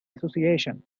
association